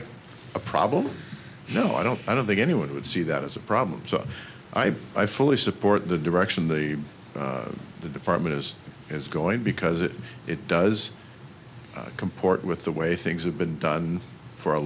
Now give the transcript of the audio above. of a problem no i don't i don't think anyone would see that as a problem so i i fully support the direction the the department is is going because it it does comport with the way things have been done for a